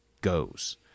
goes